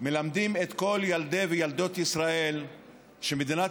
מלמדים את כל ילדי וילדות ישראל שמדינת